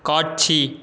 காட்சி